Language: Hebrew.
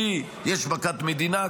כי יש מכת מדינה,